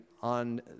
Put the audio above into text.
on